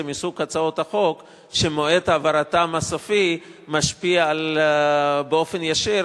היא מסוג הצעות החוק שמועד העברתן הסופי משפיע באופן ישיר,